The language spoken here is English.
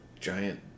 giant